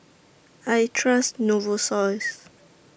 I Trust Novosource